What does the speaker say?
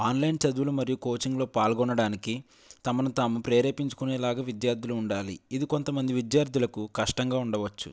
online చదువు మరియు కోచింగ్లో పాల్గొనడానికి తమను తాము ప్రేరేపించుకునే లాగా విద్యార్థులు ఉండాలి ఇది కొంతమంది విద్యార్థులకు కష్టంగా ఉండవచ్చు